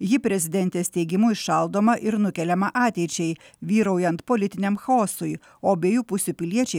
ji prezidentės teigimu įšaldoma ir nukeliama ateičiai vyraujant politiniam chaosui o abiejų pusių piliečiai